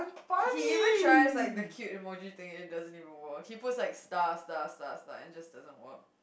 he even tries like the cute emoji thing it doesn't even work he puts like star star star star and just didn't work